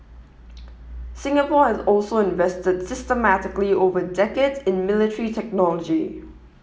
Singapore has also invested systematically over decades in military technology